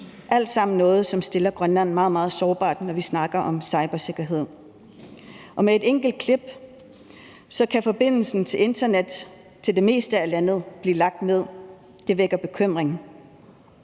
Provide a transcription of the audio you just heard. alt sammen noget, som stiller Grønland meget sårbart, når vi snakker om cybersikkerhed, og med et enkelt klik kan forbindelsen til internettet i det meste af landet blive lagt ned. Det vækker bekymring.